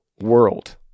world